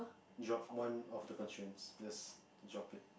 drop one of the constraints just drop it